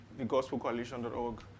thegospelcoalition.org